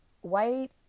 white